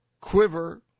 quiver